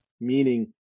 meaning